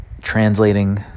translating